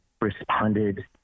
responded